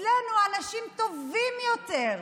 אצלנו האנשים טובים יותר,